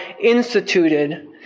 instituted